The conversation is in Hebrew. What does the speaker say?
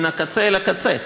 מן הקצה אל הקצה.